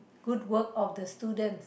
good work of the student